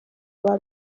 aba